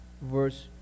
verse